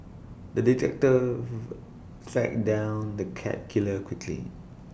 the detective tracked down the cat killer quickly